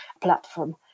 platform